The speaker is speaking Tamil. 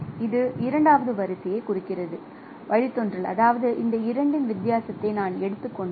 இது இரண்டாவது வரிசையை குறிக்கிறது வழித்தோன்றல் அதாவது இந்த இரண்டின் வித்தியாசத்தை நான் எடுத்துக் கொண்டால்